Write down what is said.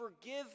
forgive